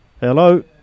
Hello